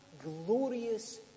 glorious